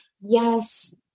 Yes